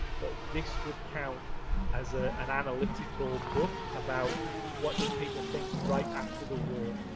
but this would count as ah an analytical book about what did people think right after the war,